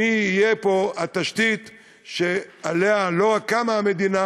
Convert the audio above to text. מי יהיה פה התשתית שעליה לא רק קמה המדינה